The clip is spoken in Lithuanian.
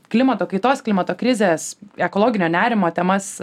klimato kaitos klimato krizės ekologinio nerimo temas